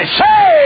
say